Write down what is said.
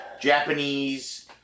Japanese